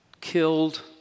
killed